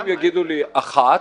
אם יגידו לי אחת